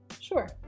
Sure